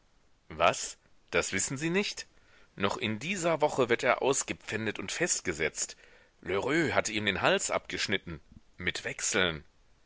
was das wissen sie nicht noch in dieser woche wird er ausgepfändet und festgesetzt lheureux hat ihm den hals abgeschnitten mit wechseln